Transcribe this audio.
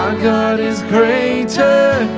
god is greater.